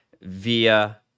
via